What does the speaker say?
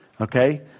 Okay